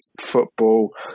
football